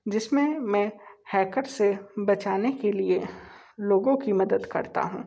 जिसमें मैं हैकर से बचाने के लिए लोगों की मदद करता हूँ